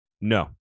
No